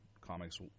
Comics